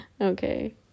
Okay